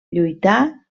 lluità